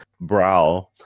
brow